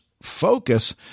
focus